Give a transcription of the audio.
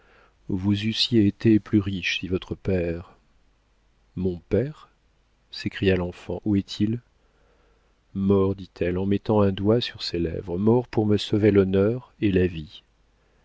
vous eussiez été plus riches si votre père mon père s'écria l'enfant où est-il mort dit-elle en mettant un doigt sur ses lèvres mort pour me sauver l'honneur et la vie